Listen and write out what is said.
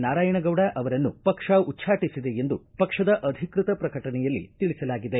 ನಾರಾಯಣಗೌಡ ಅವರನ್ನು ಪಕ್ಷ ಉಚ್ಟಾಟಿಸಿದೆ ಎಂದು ಪಕ್ಷದ ಅಧಿಕೃತ ಪಕ್ರಟಣೆಯಲ್ಲಿ ತಿಳಿಸಲಾಗಿದೆ